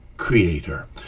creator